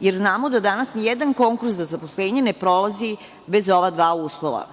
jer znamo da danas nijedan konkurs za zaposlenje ne prolazi bez ova dva uslova.